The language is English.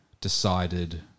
decided